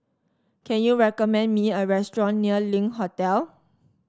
can you recommend me a restaurant near Link Hotel